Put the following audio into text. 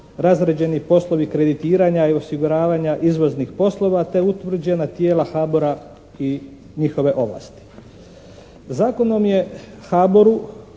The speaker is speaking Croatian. razrađeni poslovi kreditiranja i osiguravanja izvoznih poslova te utvrđena tijela Habora i njihove ovlasti. Zakonom je Haboru,